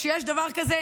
כשיש דבר כזה,